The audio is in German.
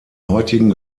heutigen